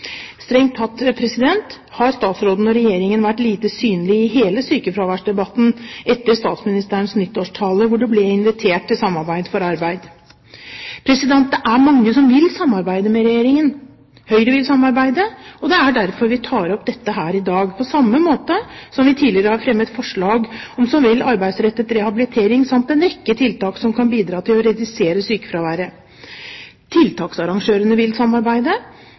Strengt tatt har statsråden og Regjeringen vært lite synlige i hele sykefraværsdebatten etter statsministerens nyttårstale, hvor det ble invitert til samarbeid for arbeid. Det er mange som vil samarbeide med Regjeringen. Høyre vil samarbeide, og det er derfor vi tar opp dette her i dag, på samme måte som vi tidligere har fremmet forslag om så vel arbeidsrettet rehabilitering som en rekke tiltak som kan bidra til å redusere sykefraværet. Tiltaksarrangørene vil samarbeide.